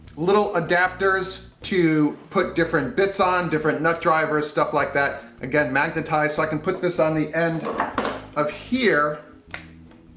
little adapters to put different bits on different nut drivers, stuff like that. again, magnetized so i can put this on the end of here